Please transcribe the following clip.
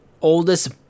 Oldest